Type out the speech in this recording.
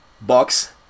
box